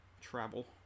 travel